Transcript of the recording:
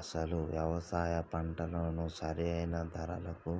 అసలు యవసాయ పంటను సరైన ధరలకు